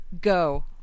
Go